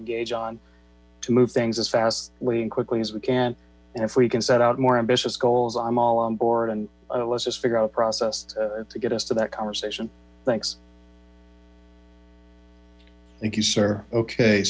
engage on to move things as fast way and quickly as we can and if we can set out more ambitious goals i'm all on board and let's just figure out a process to get us to that conversation thanks thank you sir ok